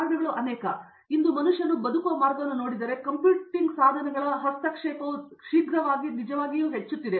ಕಾರಣಗಳು ಅನೇಕವು ಇಂದು ಮನುಷ್ಯನು ಬದುಕುವ ಮಾರ್ಗವನ್ನು ನೋಡಿದರೆ ಕಂಪ್ಯೂಟಿಂಗ್ ಸಾಧನಗಳ ನಿಜವಾದ ಹಸ್ತಕ್ಷೇಪವು ಶೀಘ್ರವಾಗಿ ಹೆಚ್ಚುತ್ತಿದೆ